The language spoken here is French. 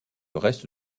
reste